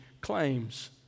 claims